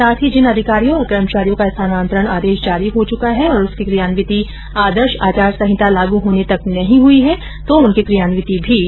साथ ही जिन अधिकारियों कर्मचारियों का स्थानान्तरण आदेश जारी हो चुका है और उसकी क्रियान्विति आदर्श आचार संहिता लागू होने तक नहीं हुई है तो उनकी क्रियान्विति भी नही की जाएं